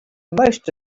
most